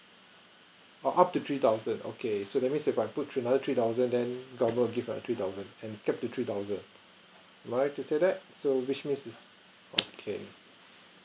oh up to three thousand okay so that means if I put another three thousand then government will give another three thousand and it capped to three thousand am I right to say that so which means it's okay